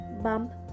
bump